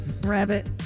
rabbit